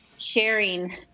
sharing